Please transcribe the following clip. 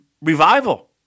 Revival